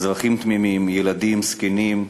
אזרחים תמימים, ילדים, זקנים.